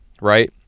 right